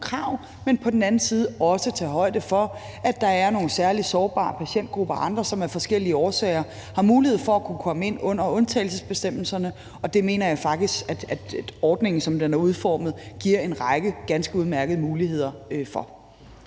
krav, men på den anden side også tage højde for, at der er nogle særlig sårbare patientgrupper og andre, som af forskellige årsager har mulighed for at kunne komme ind under undtagelsesbestemmelserne, og det mener jeg faktisk ordningen, som den er udformet, giver en række ganske udmærkede muligheder for.